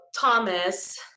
thomas